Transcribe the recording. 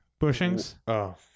bushings